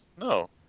No